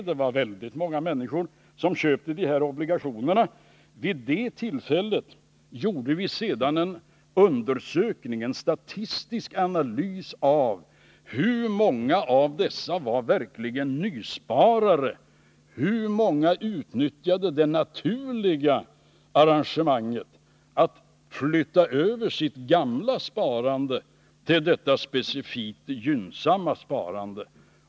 Det var väldigt många människor som köpte dessa obligationer. Vid det tillfället gjorde man en undersökning, en statistisk analys av hur många som verkligen var nysparare och hur många som utnyttjade det naturliga arrangemanget att flytta över sitt gamla sparande till detta specifikt gynnsamma sparande.